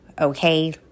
okay